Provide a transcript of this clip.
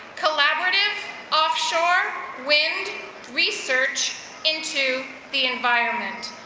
collaborative offshore wind research into the environment.